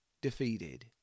defeated